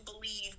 believe